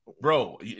Bro